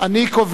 אני קובע